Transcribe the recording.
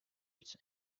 its